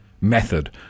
Method